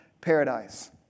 paradise